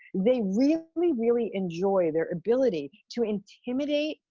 they really, really enjoy their ability to intimidate,